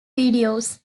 videos